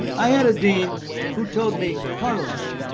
i had a dean who told me, carlos,